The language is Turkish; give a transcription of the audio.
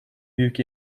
büyük